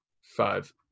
Five